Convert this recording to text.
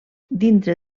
dintre